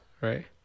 right